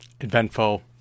eventful